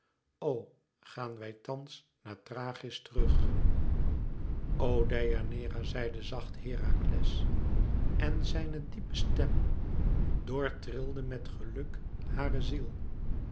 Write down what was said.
o gaan wij thans naar thrachis terug o deianeira zeide zacht herakles en zijne diepe stem doortrilde met geluk hare ziel